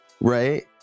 right